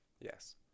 Yes